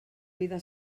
vida